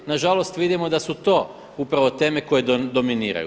Nažalost vidimo da su to upravo teme koje dominiraju.